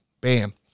bam